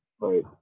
Right